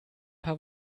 paar